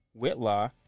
Whitlaw